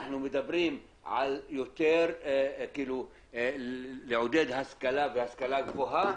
אנחנו מדברים על עידוד השכלה והשכלה גבוהה,